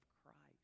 Christ